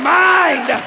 mind